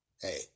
hey